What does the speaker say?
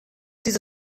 diese